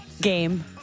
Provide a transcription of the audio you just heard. game